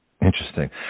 Interesting